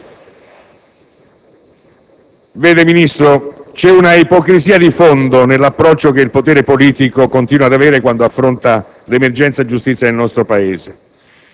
c'è un'ipocrisia di fondo